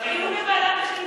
דיון בוועדת החינוך.